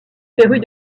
férue